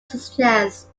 suggests